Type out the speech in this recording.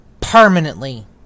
permanently